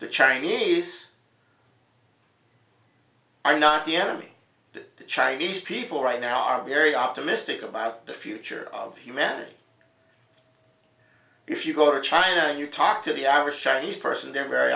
the chinese are not the enemy that the chinese people right now are very optimistic about the future of humanity if you go to china and you talk to the average chinese person they're very